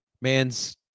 man's